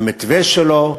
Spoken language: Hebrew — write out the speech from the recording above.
המתווה שלו,